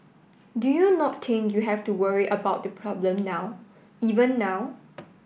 do you not think you have to worry about the problem now even now